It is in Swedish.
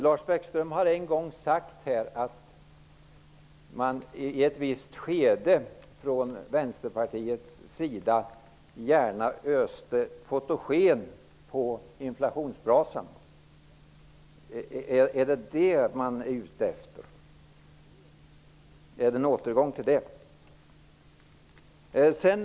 Lars Bäckström har en gång sagt att Vänsterpartiet i ett visst skede gärna öste fotogen på inflationsbrasan. Är det en återgång till detta som Vänsterpartiet är ute efter?